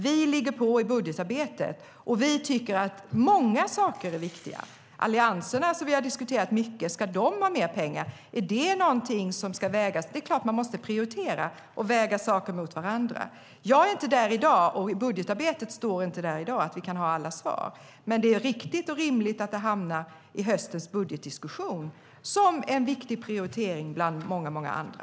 Vi ligger på i budgetarbetet och vi tycker att många saker är viktiga. Ska allianserna, som vi har diskuterat mycket, ha mer pengar? Är det någonting som ska vägas in? Det är klart att man måste prioritera och väga saker mot varandra. Jag är inte där i dag och budgetarbetet står inte där i dag att vi kan ha alla svar. Men det är riktigt och rimligt att det hamnar i höstens budgetdiskussion som en viktig prioritering bland många andra.